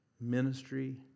ministry